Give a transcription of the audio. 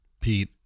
Pete